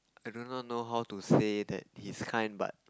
I do not know how to say that he's kind but